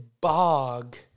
bog